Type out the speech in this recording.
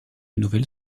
nouvelle